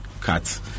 cut